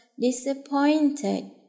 disappointed